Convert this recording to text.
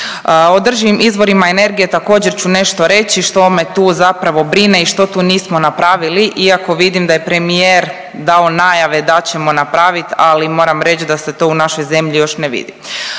O održivim izvorima energije također ću nešto reći što me tu zapravo brine i što tu nismo napravili iako vidim da je premijer dao najave da ćemo napravit, ali moram reć da se to u našoj zemlji još ne vidi.